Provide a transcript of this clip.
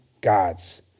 gods